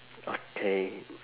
okay